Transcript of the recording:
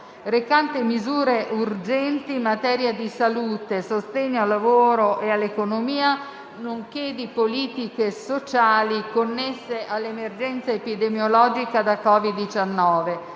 recante misure urgenti in materia di salute, sostegno al lavoro e all'economia, nonché di politiche sociali connesse all'emergenza epidemiologica da Covid-19»,